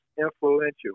influential